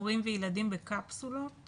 הורים וילדים בקפסולות